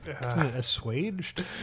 assuaged